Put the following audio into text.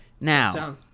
now